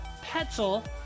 Petzl